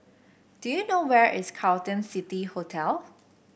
do you know where is Carlton City Hotel